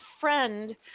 friend